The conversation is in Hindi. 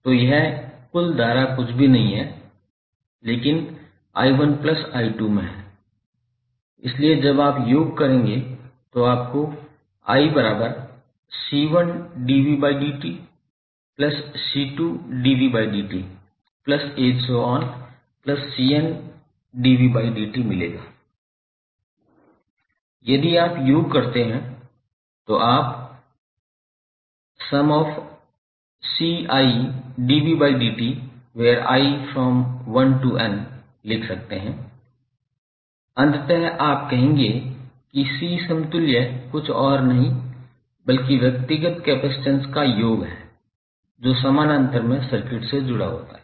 तो यह कुल धारा कुछ भी नहीं है लेकिन i1 प्लस i2 में है इसलिए जब आप योग करेंगे तो आपको मिलेगा यदि आप योग करते हैं तो आप लिख सकते हैं अंततः आप कहेंगे कि c समतुल्य कुछ और नहीं बल्कि व्यक्तिगत कैपेसिटेंस का योग है जो समानांतर में सर्किट से जुड़ा होता है